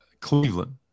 Cleveland